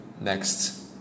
next